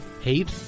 hate